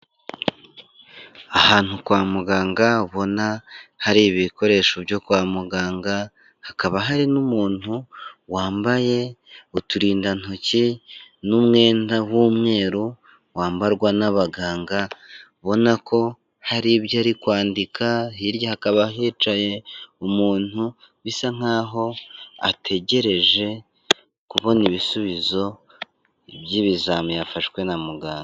Ahantu kwa muganga ubona hari ibikoresho byo kwa muganga, hakaba hari n'umuntu wambaye uturindantoki n'umwenda w'umweru wambarwa n'abaganga, ubona ko hari ibyo ari kwandika, hirya hakaba hicaye umuntu bisa nkaho ategereje kubona ibisubizo by'ibizami yafashwe n'umuganga.